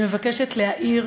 אני מבקשת להאיר